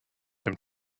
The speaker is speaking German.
dem